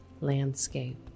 landscape